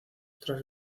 tras